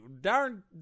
darn